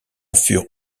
furent